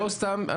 לא סתם.